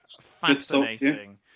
fascinating